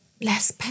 less